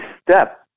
step